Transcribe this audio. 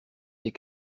des